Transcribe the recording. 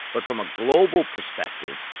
but from a global perspective,